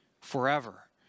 forever